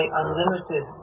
unlimited